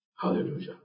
Hallelujah